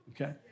Okay